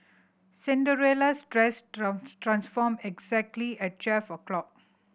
Cinderella's dress transformed exactly at twelve o'clock